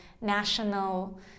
national